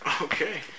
Okay